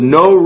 no